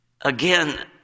again